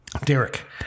Derek